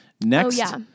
next